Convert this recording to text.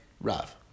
Rav